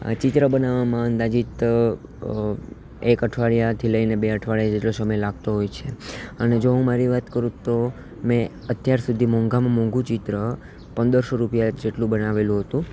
આ ચિત્ર બનાવામાં અંદાજિત એક અઠવાડિયાથી લઈને બે અઠવાડિયા જેટલો સમય લાગતો હોય છે અને જો હું મારી વાત કરું તો મેં અત્યાર સુધી મોંઘામાં મોંઘું ચિત્ર પંદરસો રૂપિયા જેટલું બનાવેલું હતું